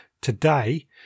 Today